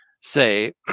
Say